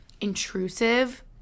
intrusive